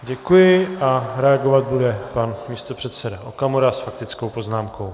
Děkuji a reagovat bude pan místopředseda Okamura s faktickou poznámkou.